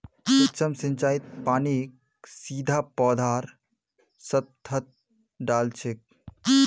सूक्ष्म सिंचाईत पानीक सीधा पौधार सतहत डा ल छेक